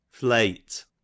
Flate